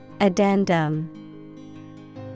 Addendum